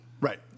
Right